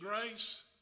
grace